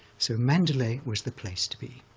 so mandalay was the place to be,